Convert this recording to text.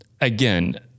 again